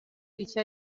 iki